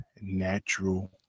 natural